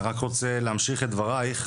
אני רק רוצה להמשיך את דברייך,